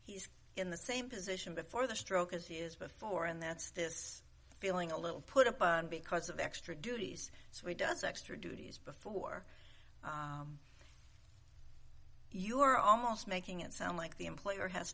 he's in the same position before the stroke as he has before and that's this feeling a little put up on because of the extra duties so he does extra duties before you are almost making it sound like the employer has